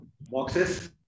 Boxes